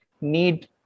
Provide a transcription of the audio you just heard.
need